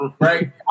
right